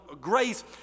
grace